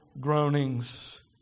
groanings